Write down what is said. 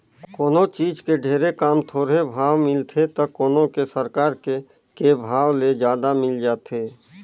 कोनों चीज के ढेरे काम, थोरहें भाव मिलथे त कोनो के सरकार के के भाव ले जादा मिल जाथे